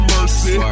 Mercy